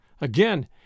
Again